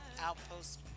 outpost